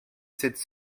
cette